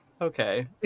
Okay